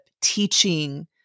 teaching